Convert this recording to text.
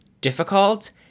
difficult